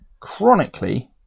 chronically